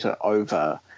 over